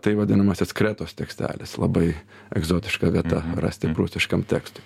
tai vadinamasis kretos tekstelis labai egzotiška vieta rasti prūsiškam tekstui